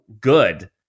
good